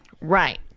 Right